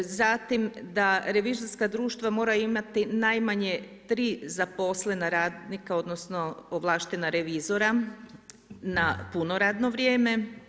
Zatim da revizorska društva moraju imati najmanje 3 zaposlena radnika, odnosno ovlaštena revizora na puno radno vrijeme.